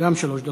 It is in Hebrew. גם שלוש דקות.